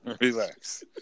Relax